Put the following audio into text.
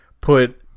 put